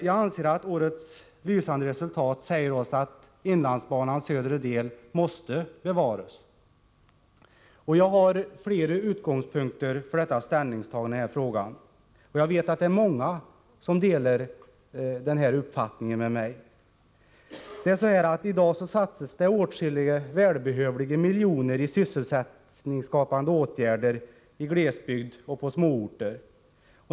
Jag anser att årets lysande resultat säger oss att inlandsbanans södra del måste bevaras. Jag har flera skäl till mitt ställningstagande i den här frågan, och jag vet att många delar min uppfattning. I dag satsas åtskilliga välbehövliga miljoner i sysselsättningsskapande åtgärder i glesbygd och på småorter.